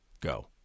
Go